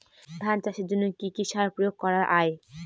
ধান চাষের জন্য কি কি সার প্রয়োগ করা য়ায়?